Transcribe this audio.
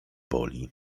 boli